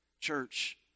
Church